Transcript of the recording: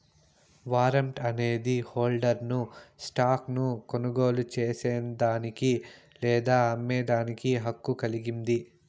warrant అనేది హోల్డర్ను stock ను కొనుగోలు చేసేదానికి లేదా అమ్మేదానికి హక్కు కలిగింది